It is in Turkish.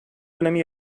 dönemi